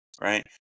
right